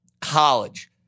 college